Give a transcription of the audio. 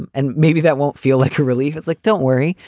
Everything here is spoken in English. and and maybe that won't feel like a relief. look, don't worry.